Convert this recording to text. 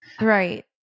Right